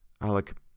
Alec